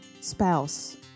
spouse